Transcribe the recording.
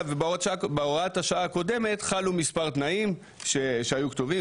בהוראת השעה הקודמת חלו מספר תנאים שהיו כתובים,